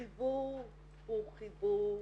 החיבור הוא חיבור